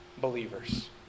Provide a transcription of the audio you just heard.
believers